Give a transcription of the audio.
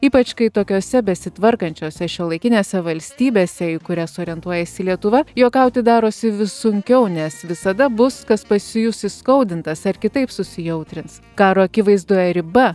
ypač kai tokiose besitvarkančiose šiuolaikinėse valstybėse į kurias orientuojasi lietuva juokauti darosi vis sunkiau nes visada bus kas pasijus įskaudintas ar kitaip susijautrins karo akivaizdoje riba